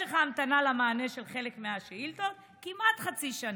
משך ההמתנה למענה על חלק מהשאילתות הוא כמעט חצי שנה.